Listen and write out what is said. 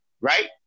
right